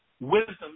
Wisdom